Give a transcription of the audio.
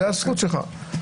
זאת הזכות שלך.